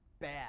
bad